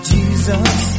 Jesus